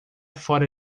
fora